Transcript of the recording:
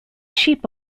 sheep